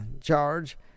charge—